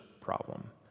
problem